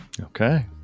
Okay